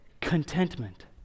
Contentment